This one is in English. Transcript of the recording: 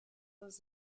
was